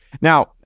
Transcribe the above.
Now